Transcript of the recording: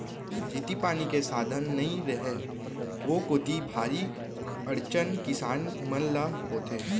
जेती पानी के साधन नइ रहय ओ कोती भारी अड़चन किसान मन ल होथे